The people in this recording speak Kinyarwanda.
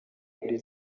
kuri